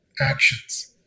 actions